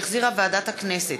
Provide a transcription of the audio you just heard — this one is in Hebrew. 45), שהחזירה ועדת הכנסת,